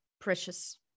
precious